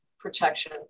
protection